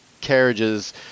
carriages